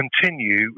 continue